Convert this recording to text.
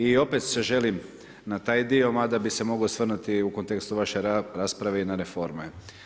I opet se želim na taj dio mada bi se mogao osvrnuti u kontekstu vaše rasprave i na reforme.